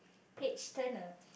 page turner